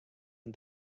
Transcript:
and